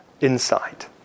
insight